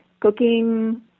Cooking